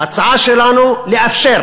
ההצעה שלנו, לאפשר,